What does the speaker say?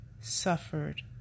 suffered